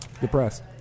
depressed